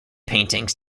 paintings